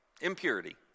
impurity